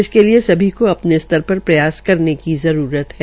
इसके लिए सभी को अपने स्तर पर प्रयास करने की जरूरत है